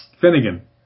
Finnegan